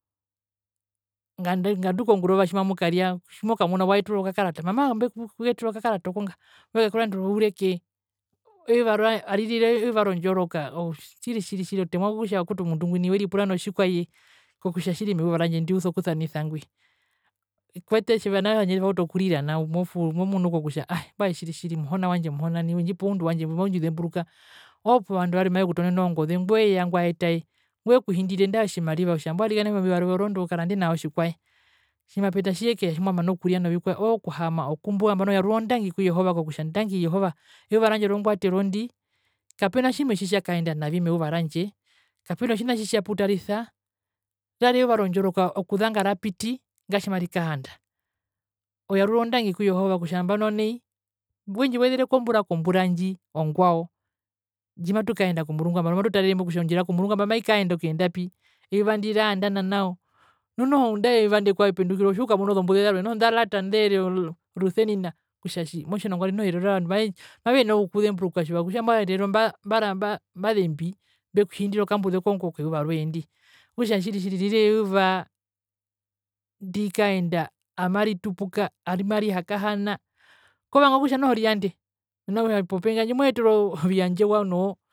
Ngandu ngandu kokurova tjimamukaria otjimomunu waeterwa okakarata mama mbekuyetere okakarata okonga mbekurandere oureke euva randje arire euva rondjoroka o tjiri tjiri otemwa kokutja omundu ngwi nai weripura notjikwae kokutja tjiri meuva randje ndi uso kusanisa ngwi kwete tjiva nao handje twautuokurira nao momunu kokutja tjiri tjiri muhona wendjipa oundu wandje mbwi maundjizemburuka oo povandu varwe mbumavekutonene ongoze ngweya ngwaetaye ngwekuhindire nandae otjimariva otjo karande nao tjikwae omapeta tjiyekeya tjiwakahaama okumbu nambano oyarura ondangi ku jehova kokutja ndangi jehova euva randje rongwatero dni kapena tjimwe tjitja kaenda navi meuva randje kapena tjina tjitjaputarisa rari eyuva rondjoroka okuza ngarapiti nga tjimarikaanda oyarura ondangi ku jehova kutja nambano nai wendjiwezireko mbura kombura ndji ongwao matu kaenda komurungu nambano maturerembo kutja ondjira komurungu mai kaenda okuyendapi eyuva ndi raanda nanao nu noho ngandu keyuva inde kwao otjiukamuna ozombuze ndalata ndeere rusenina otja tjii mwatje ovandu noho erero ma mavenene okukuzemburuka kutja mbwae erero mbari mba mbari ambazembi mbekuhindire okambuze okongo keyuva royendi okutja tjiri tjiri rira euvaa ndikaenda amaritupuka amarihakahana kovanga okutja noho riyande mena kutja popengi mweterwa oviyandjwa noo.